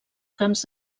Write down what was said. camps